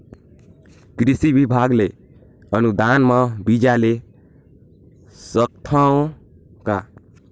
कृषि विभाग ले अनुदान म बीजा ले सकथव का?